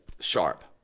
sharp